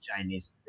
Chinese